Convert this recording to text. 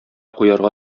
куярга